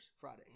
Friday